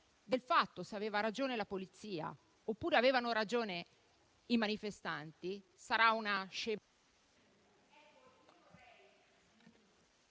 del fatto se aveva ragione la Polizia oppure avevano ragione i manifestanti, sarà una..."